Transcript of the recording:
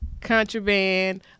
Contraband